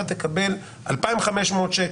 הם אומרים לי: אתה תקבל 2,500 ש"ח